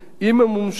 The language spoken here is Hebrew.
אם מומשה,